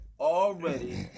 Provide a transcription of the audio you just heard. already